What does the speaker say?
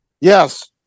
Yes